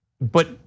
but-